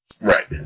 Right